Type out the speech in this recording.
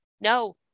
No